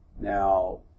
Now